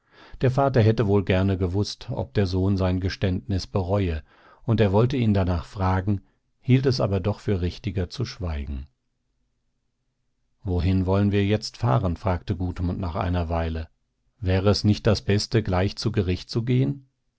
der vater hätte wohl gerne gewußt ob der sohn sein geständnis bereue und er wollte ihn danach fragen hielt es aber doch für richtiger zu schweigen wohin wollen wir jetzt fahren fragte gudmund nach einer weile wäre es nicht das beste gleich zu gericht zu gehen